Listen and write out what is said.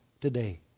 today